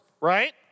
right